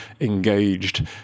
engaged